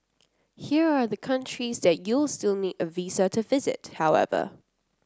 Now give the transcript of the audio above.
here are the countries that you'll still need a visa to visit however